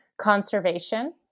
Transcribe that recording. conservation